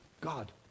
God